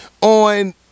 on